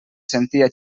sentia